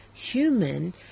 human